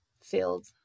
field